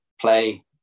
play